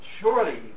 Surely